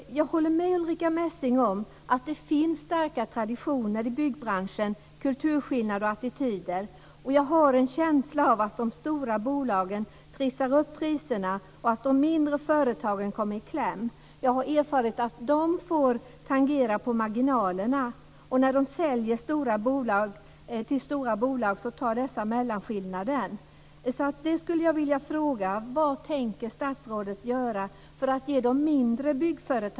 Jag håller med Ulrica Messing om att det i byggbranschen finns starka traditioner, kulturskillnader och attityder. Jag har en känsla av att de stora bolagen trissar upp priserna och att de mindre företagen kommer i kläm. Jag har erfarit att de får tangera marginalerna och att när de säljer till stora bolag tar dessa mellanskillnaden.